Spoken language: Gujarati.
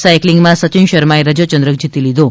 સાઇકલીંગમાં સચિન શર્માએ રજત ચંદ્રક જીતી લીધો છે